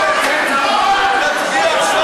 זה לא בסדר.